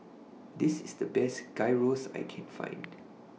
This IS The Best Gyros that I Can Find